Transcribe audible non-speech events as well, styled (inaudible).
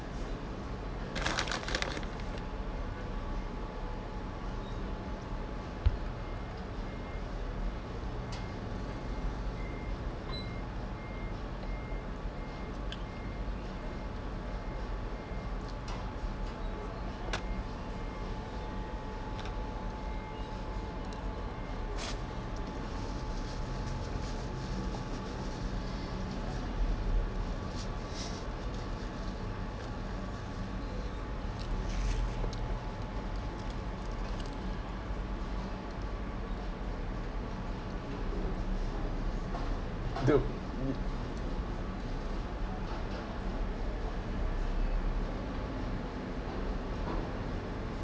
(breath) do (noise)